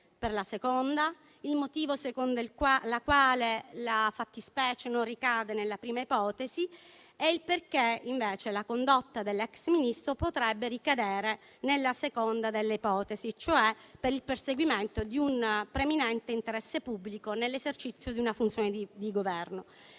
per la seconda; il motivo secondo il quale la fattispecie non ricade nella prima ipotesi è il perché, invece, la condotta dell'ex Ministro potrebbe ricadere nella seconda, cioè per il perseguimento di un preminente interesse pubblico nell'esercizio di una funzione di Governo.